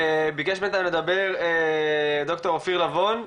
ביקש מאיתנו לדבר ד"ר אופיר לבון,